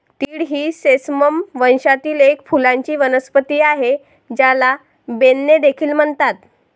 तीळ ही सेसमम वंशातील एक फुलांची वनस्पती आहे, ज्याला बेन्ने देखील म्हणतात